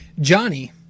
Johnny